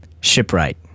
Shipwright